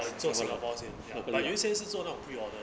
uh 做 Singapore 先 ya but 优先是做闹 pre-order